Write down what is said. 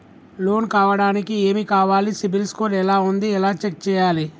Loan కావడానికి ఏమి కావాలి సిబిల్ స్కోర్ ఎలా ఉంది ఎలా చెక్ చేయాలి?